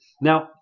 Now